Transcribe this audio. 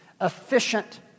efficient